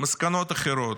מסקנות אחרות,